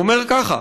הוא אומר ככה: